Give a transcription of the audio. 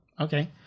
okay